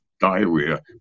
diarrhea